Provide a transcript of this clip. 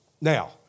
Now